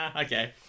Okay